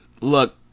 look